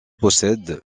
possède